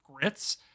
grits